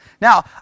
Now